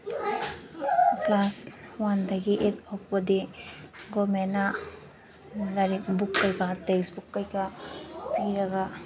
class ꯋꯥꯟꯗꯒꯤ eight ꯐꯥꯎꯕꯗꯤ ꯒꯣꯔꯃꯦꯟꯅ ꯂꯥꯏꯔꯤꯛ ꯕꯨꯛ ꯀꯩꯀꯥ ꯇꯦꯛꯁ ꯕꯨꯛ ꯀꯩꯀꯥ ꯄꯤꯔꯒ